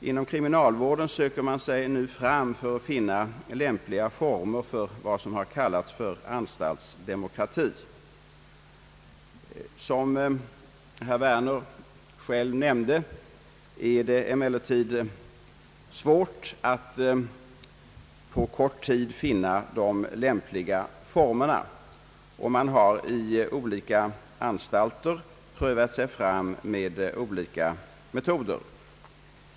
Inom kriminalvården söker man sig nu fram mot lämpliga former för vad som kallas anstaltsdemokrati, Som herr Werner själv nämnde är det emellertid svårt att på kort tid finna de lämpliga metoderna, och man har inom olika anstalter prövat olika tillvägagångssätt.